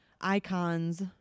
icons